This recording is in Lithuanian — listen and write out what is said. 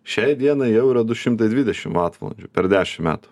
šiai dienai jau yra du šimtai dvidešim vatvalandžių per dešim metų